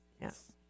Yes